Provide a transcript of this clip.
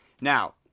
Now